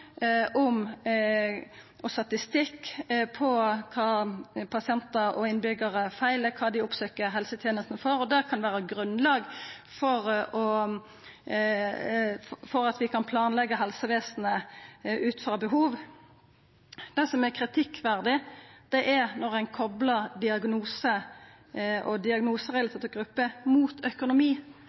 statistikk over kva som feilar pasientar og innbyggjarar, og kva dei oppsøkjer helsetenesta for. Det kan vera grunnlag for at vi kan planleggja helsevesenet ut frå behov. Det er kritikkverdig når ein koplar diagnosar og diagnoserelaterte grupper mot økonomi.